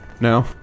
No